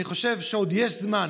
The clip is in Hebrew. אני חושב שעוד יש זמן